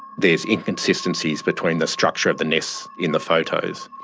there's inconsistencies between the structure of the nests in the photos.